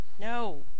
no